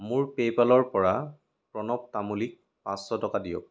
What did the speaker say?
মোৰ পে'পলৰ পৰা প্ৰণৱ তামুলীক পাঁচশ টকা দিয়ক